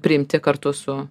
priimti kartu su